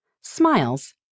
Smiles